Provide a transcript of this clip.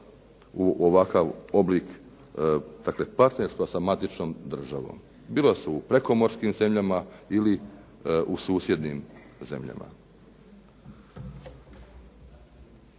u ovakav oblik dakle partnerstva sa matičnom državom. Bilo da su u prekomorskim zemljama ili u susjednim zemljama.